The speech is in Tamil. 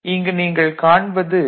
இங்கு நீங்கள் காண்பது ஆர்